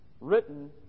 written